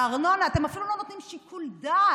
הארנונה, אתם אפילו לא נותנים שיקול דעת